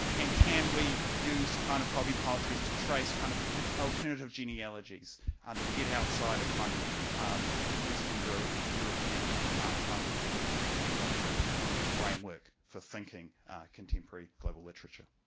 and can we use kind of copy poetry to trace kind of alternative genealogies and that get outside a kind of um western european kind of end and anglo-american framework for thinking contemporary global literature?